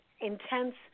intense